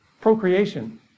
Procreation